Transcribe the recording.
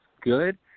good